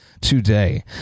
today